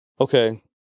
Okay